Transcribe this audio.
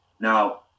Now